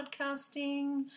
podcasting